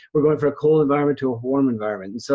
we're going from a cold environment to a warm environment. so